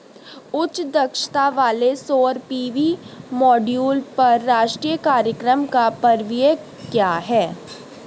उच्च दक्षता वाले सौर पी.वी मॉड्यूल पर राष्ट्रीय कार्यक्रम का परिव्यय क्या है?